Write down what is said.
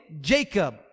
Jacob